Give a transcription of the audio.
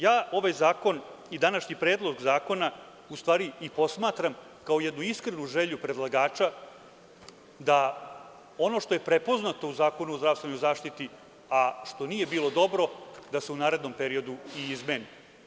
Ja ovaj zakon i današnji Predlog zakona u stvari i posmatram kao jednu iskrenu želju predlagača da ono što je prepoznato u Zakonu o zdravstvenoj zaštiti, a što nije bilo dobro, da se u narednom periodu i izmeni.